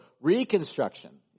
reconstruction